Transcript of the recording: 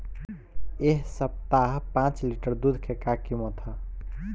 एह सप्ताह पाँच लीटर दुध के का किमत ह?